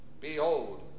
Behold